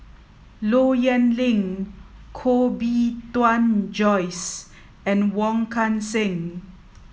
Low Yen Ling Koh Bee Tuan Joyce and Wong Kan Seng